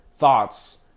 thoughts